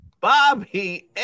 Bobby